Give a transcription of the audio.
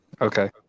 Okay